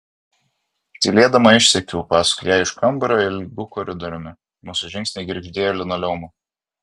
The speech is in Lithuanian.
tylėdama išsekiau paskui ją iš kambario ilgu koridoriumi mūsų žingsniai girgždėjo linoleumu